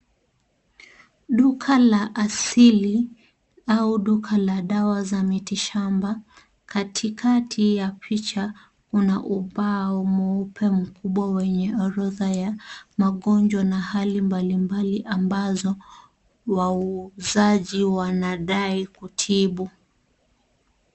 Duka la asili au duka la dawa za miti shamba katikati ya picha una ubao mweupe mkubwa wenye orodha ya magonjwa na hali mbalimbali ambazo wauzaji wanadai kutibu.